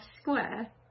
square